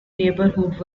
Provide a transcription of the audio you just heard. neighborhood